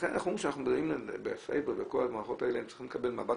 לכן שאנחנו מדברים על סייבר וכל המערכות האלה,